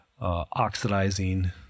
oxidizing